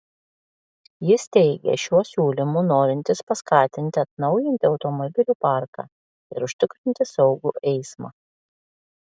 jis teigia šiuo siūlymu norintis paskatinti atnaujinti automobilių parką ir užtikrinti saugų eismą